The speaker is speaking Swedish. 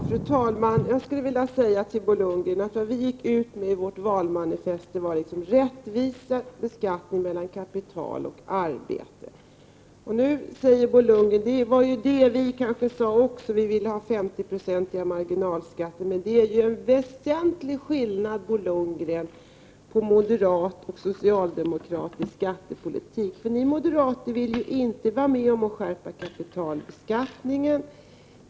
Fru talman! Jag vill till Bo Lundgren säga att det som vi gick ut med i vårt valmanifest var rättvisare beskattning mellan kapital och arbete. Nu säger Bo Lundgren att moderaterna också hade sagt det och att de ville ha 50-procentiga marginalskatter. Men det är ju en väsentlig skillnad, Bo Lundgren, mellan moderat och socialdemokratisk skattepolitik. Ni moderater vill ju inte vara med om att skärpa kapitalbeskattningen.